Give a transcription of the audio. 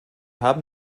haben